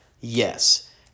yes